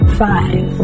five